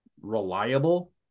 reliable